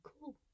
cool